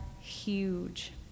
huge